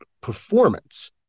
performance